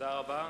תודה רבה.